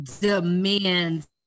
demands